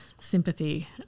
sympathy